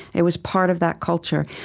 it was part of that culture.